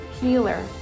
healer